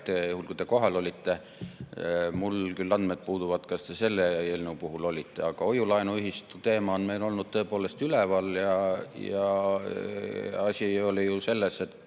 kui te kohal olite. Mul küll andmed puuduvad, kas te selle eelnõu puhul olite kohal. Aga hoiu-laenuühistute teema on meil olnud tõepoolest üleval. Asi ei ole ju selles, et